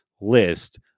list